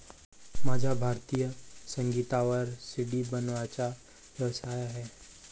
माझा भारतीय संगीतावर सी.डी बनवण्याचा व्यवसाय आहे